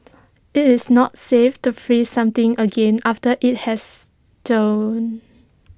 IT is not safe to freeze something again after IT has thawed